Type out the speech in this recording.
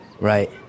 Right